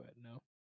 no